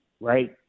right